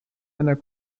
einer